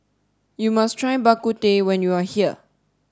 you must try Bak Kut Teh when you are here